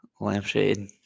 Lampshade